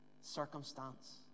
circumstance